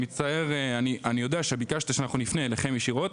אני מצטער אני יודע שביקשת שנפנה אליכם ישירות,